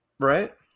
Right